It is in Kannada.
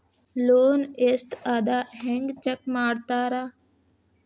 ಲೋನ್ ಎಷ್ಟ್ ಅದ ಹೆಂಗ್ ಚೆಕ್ ಮಾಡ್ತಾರಾ